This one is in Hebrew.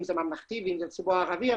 הציבור הממלכתי והציבור הערבי.